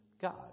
God